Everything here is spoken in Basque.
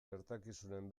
gertakizunen